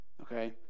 okay